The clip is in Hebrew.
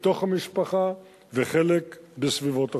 בתוך המשפחה וחלק בסביבות אחרות.